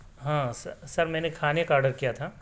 ہاں سر میں نے کھانے کا آرڈر کیا تھا